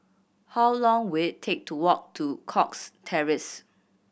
how long will it take to walk to Cox Terrace